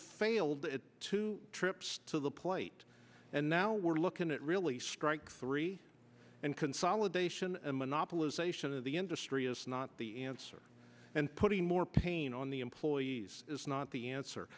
failed it two trips to the plate and now we're looking at really strike three and consolidation and monopolization of the industry is not the answer and putting more pain on the employees is not the answer